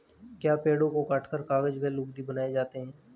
क्या पेड़ों को काटकर कागज व लुगदी बनाए जाते हैं?